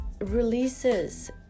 releases